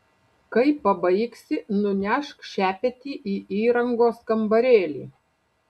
kai pabaigsi nunešk šepetį į įrangos kambarėlį